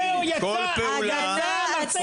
זהו, יצא המרצע מן השק.